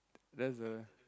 there's a